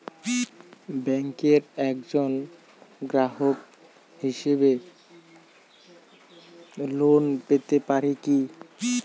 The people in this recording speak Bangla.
ব্যাংকের একজন গ্রাহক হিসাবে লোন পেতে পারি কি?